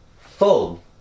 Full